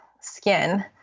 skin